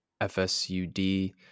FSUD